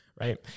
right